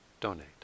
donate